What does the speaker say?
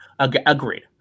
Agreed